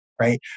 right